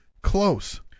close